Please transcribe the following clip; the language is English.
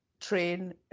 train